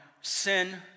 sin